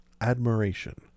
admiration